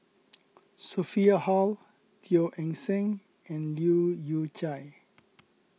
Sophia Hull Teo Eng Seng and Leu Yew Chye